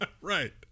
Right